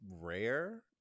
rare